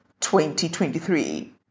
2023